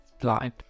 Blind